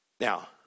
Now